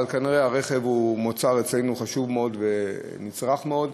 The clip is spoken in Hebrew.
כנראה הרכב הוא אצלנו מוצר חשוב מאוד ונצרך מאוד.